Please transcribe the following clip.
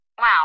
Wow